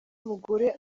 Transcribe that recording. mugore